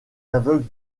aveugles